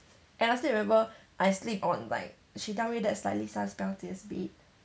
and I still remember I sleep on like she tell me that's like lisa 表姐 bed